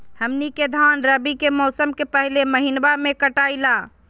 हमनी के धान रवि के मौसम के पहले महिनवा में कटाई ला